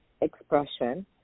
expression